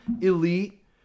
elite